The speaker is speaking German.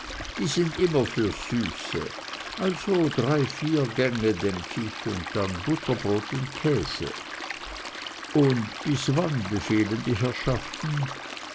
die sind immer fürs süße also drei vier gänge denk ich und dann butterbrot und käse und bis wann befehlen die herrschaften